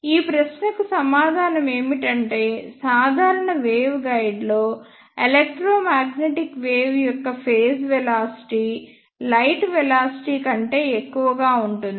ఈ ప్రశ్నకు సమాధానం ఏమిటంటే సాధారణ వేవ్ గైడ్లో ఎలక్ట్రోమాగ్నెటిక్ వేవ్ యొక్క ఫేజ్ వెలాసిటీ లైట్ వెలాసిటీ కంటే ఎక్కువగా ఉంటుంది